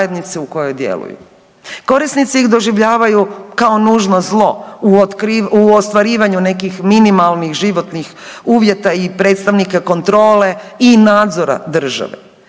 Korisnici ih doživljaju kao nužno zlo u ostvarivanju nekih minimalnih životnih uvjeta i predstavnika kontrole i nadzora države.